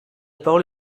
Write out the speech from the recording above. parole